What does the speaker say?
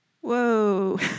Whoa